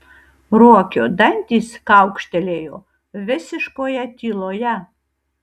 ruokio dantys kaukštelėjo visiškoje tyloje